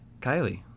kylie